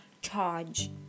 charge